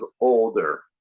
older